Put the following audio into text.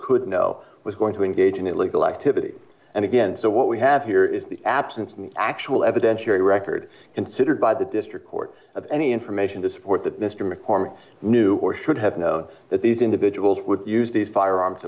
could know was going to engage in illegal activity and again so what we have here is the absence of an actual evidentiary record considered by the district court of any information to support that mr mccormick knew or should have known that these individuals would use these firearms